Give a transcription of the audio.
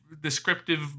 descriptive